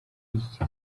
y’iki